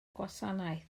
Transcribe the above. gwasanaeth